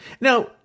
Now